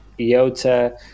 IOTA